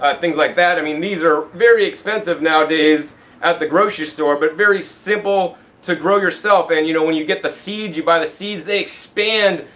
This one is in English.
things like that. i mean these are very expensive nowadays at the grocery store, but very simple to grow yourself. and you know, when you get the seeds, you buy the seeds, they expand,